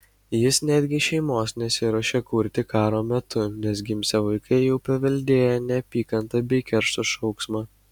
jis netgi šeimos nesiruošia kurti karo metu nes gimsią vaikai jau paveldėję neapykantą bei keršto šauksmą